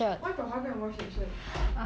why papa go and wash that shirt